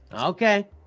okay